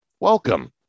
Welcome